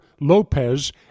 Lopez